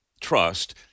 trust